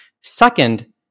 Second